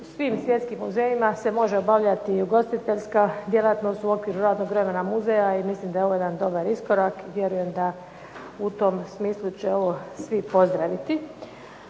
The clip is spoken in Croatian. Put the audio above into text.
svim svjetskim muzejima se može obavljati ugostiteljska djelatnost u okviru radnog vremena muzeja i mislim da je ovo jedan dobar iskorak i vjerujem da u tom smislu će ovo svi pozdraviti.